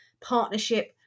partnership